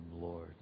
Lord